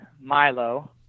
Milo